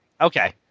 Okay